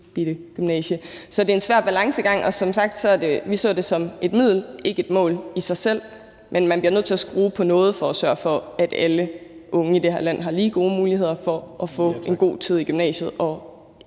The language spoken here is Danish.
lillebitte gymnasie. Så det er en svær balancegang, og som sagt så vi det som et middel og ikke et mål i sig selv, men man bliver nødt til at skrue på noget for at sørge for, at alle unge i det her land har lige gode muligheder for at få en god tid i gymnasiet og